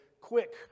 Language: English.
quick